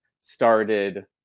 started